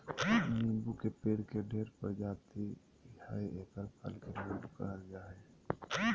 नीबू के पेड़ के ढेर प्रजाति हइ एकर फल के नीबू कहल जा हइ